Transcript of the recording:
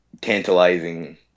tantalizing